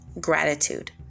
gratitude